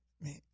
Man